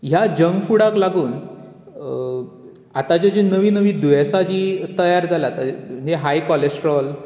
ह्या जंक फूडाक लागून आतांचीं जी नवीं नवीं दुयेंसां जीं तयार जाल्यांत म्हणजे हाय कोलेस्ट्रॉल